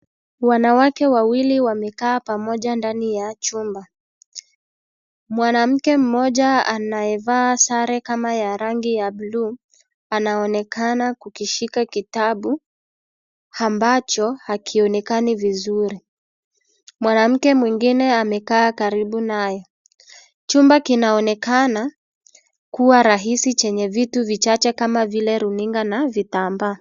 Wanawake wawili wamekaa pamoja ndani ya chumba. Mwanamke mmoja anayevaa sare kama ya rangi ya blue ,anaonekana kukishika kitabu, ambacho hakionekani vizuri. Mwanamke mwingine amekaa karibu naye. Chumba kinaonekana kuwa rahisi chenye vitu vichache kama vile runinga na vitambaa.